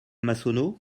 massonneau